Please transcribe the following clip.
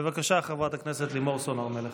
בבקשה, חברת הכנסת לימור סון הר מלך.